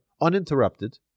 uninterrupted